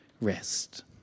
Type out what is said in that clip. rest